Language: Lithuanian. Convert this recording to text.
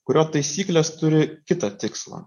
kurio taisyklės turi kitą tikslą